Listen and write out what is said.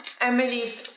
Emily